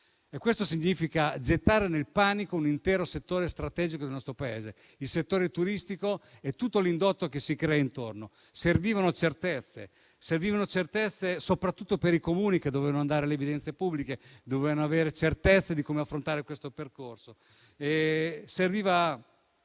Ciò significa gettare nel panico un intero settore strategico del nostro Paese, quello turistico, e tutto l'indotto che si crea intorno. Servivano certezze, soprattutto per i Comuni che dovevano andare alle procedure ad evidenza pubblica e dovevano avere certezza di come affrontare questo percorso.